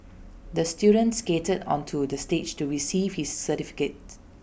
the student skated onto the stage to receive his certificate